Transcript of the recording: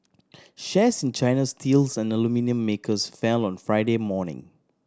shares in China's steels and aluminium makers fell on Friday morning